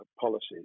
policies